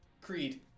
Creed